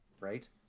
right